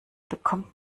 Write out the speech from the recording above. bekommt